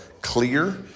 clear